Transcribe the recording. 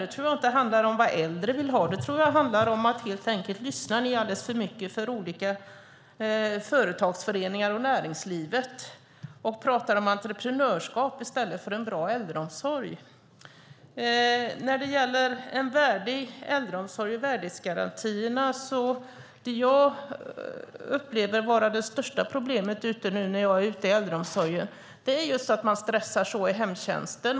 Jag tror inte att det handlar om vad äldre vill ha, utan jag tror att det handlar om att ni helt enkelt lyssnar alldeles för mycket på olika företagsföreningar och näringslivet. Ni talar om entreprenörskap i stället för om en bra äldreomsorg. När det gäller en värdig äldreomsorg och värdighetsgarantierna är det som jag upplever som det största problemet när jag är ute i äldreomsorgen just detta att man stressar så i hemtjänsten.